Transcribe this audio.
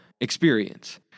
experience